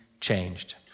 changed